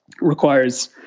requires